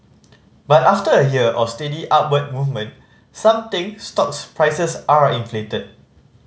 but after a year of steady upward movement some think stocks prices are inflated